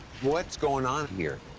what's going on here?